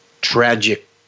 tragic